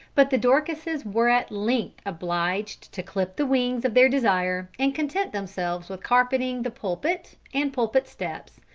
but the dorcases were at length obliged to clip the wings of their desire and content themselves with carpeting the pulpit and pulpit steps,